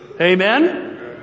Amen